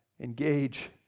Engage